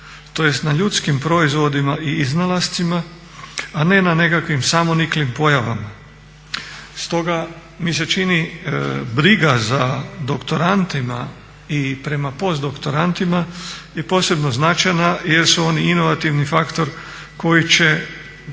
tj. na ljudskim proizvodima i iznalascima a ne na nekakvim samoniklim pojavama. Stoga mi se čini briga za doktorantima i prema postdoktorantima je posebno značajna jer su oni inovativni faktor koji će